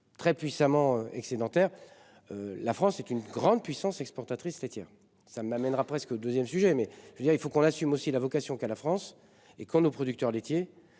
Très puissamment excédentaire. La France est une grande puissance exportatrice les tiens. Ça ne m'amènera presque 2ème sujet mais je veux dire, il faut qu'on assume aussi la vocation qu'à la France et quand nos producteurs laitiers